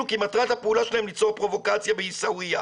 כי מטרת הפעולה שלהם ליצור פרובוקציה בעיסאוויה.